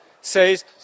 says